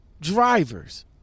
drivers